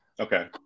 Okay